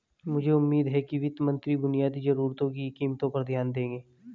मुझे उम्मीद है कि वित्त मंत्री बुनियादी जरूरतों की कीमतों पर ध्यान देंगे